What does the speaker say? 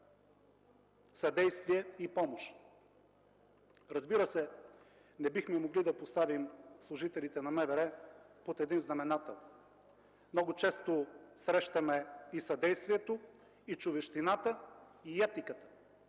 съдействие и помощ. Разбира се, не бихме могли да поставим служителите на МВР под един знаменател. Много често срещаме и съдействието, и човещината, и етиката